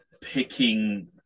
picking